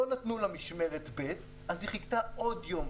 לא נתנו לה משמרת ב' ולכן היא חיכתה עוד יותר,